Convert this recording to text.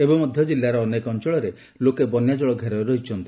ଏବେ ମଧ ଜିଲ୍ଲାର ଅନେକ ଅଞଳରେ ଲୋକେ ବନ୍ୟାଜଳ ଘେରରେ ରହିଛନ୍ତି